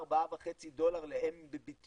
ארבעה וחצי דולר ל-MMBTU,